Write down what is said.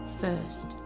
first